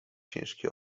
ciężki